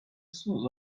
shoes